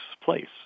place